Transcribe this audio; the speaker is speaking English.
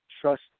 trust